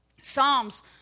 Psalms